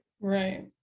right